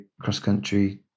cross-country